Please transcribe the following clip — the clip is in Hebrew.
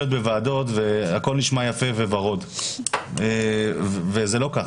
בוועדות והכל נשמע יפה וורוד וזה לא ככה.